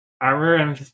Armor